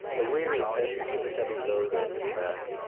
a weary peasant with a heavy load on his back,